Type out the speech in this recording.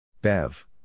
Bev